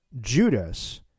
Judas